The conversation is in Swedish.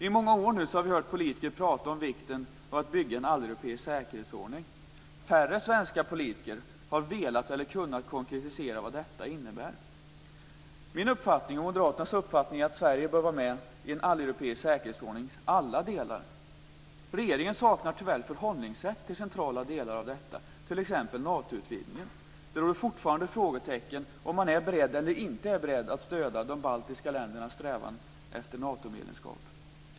I många år nu har vi hört politiker prata om vikten av att bygga en alleuropeisk säkerhetsordning. Färre svenska politiker har velat eller kunnat konkretisera vad detta innebär. Min uppfattning, och Moderaternas uppfattning, är att Sverige bör vara med i en alleuropeisk säkerhetsordnings alla delar. Regeringen saknar tyvärr förhållningssätt till centrala delar av detta, t.ex. Natoutvidgningen. Det finns fortfarande frågetecken när det gäller om man är beredd eller inte att stödja de baltiska ländernas strävan efter Natomedlemskap.